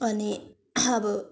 अनि अब